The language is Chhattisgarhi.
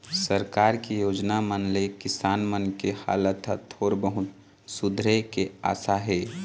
सरकार के योजना मन ले किसान मन के हालात ह थोर बहुत सुधरे के आसा हे